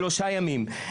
שלושה ימים.